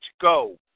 go